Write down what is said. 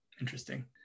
interesting